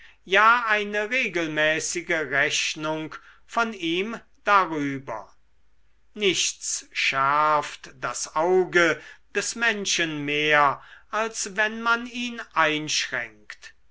ja eine regelmäßige rechnung von ihm darüber nichts schärft das auge des menschen mehr als wenn man ihn einschränkt